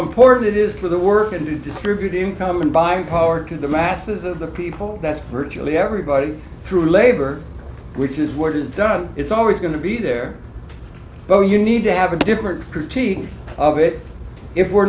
important it is to the work and to distribute income and buying power to the masses of the people that's virtually everybody through labor which is workers done it's always going to be there oh you need to have a different critique of it if we're